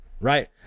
right